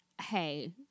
Hey